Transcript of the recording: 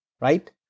right